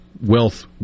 wealth